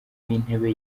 w’intebe